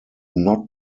not